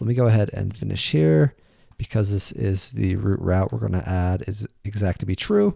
let me go ahead and finish here because this is the root route we're gonna add is exact to be true